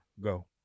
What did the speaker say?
go